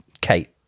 Kate